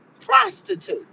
prostitute